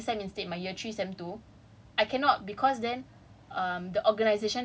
if I propose to take in my next sem instead my year three sem two